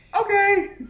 Okay